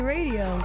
Radio